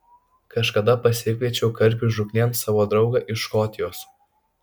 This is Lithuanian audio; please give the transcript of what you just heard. kažkada pasikviečiau karpių žūklėn savo draugą iš škotijos